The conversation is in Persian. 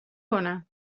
کنم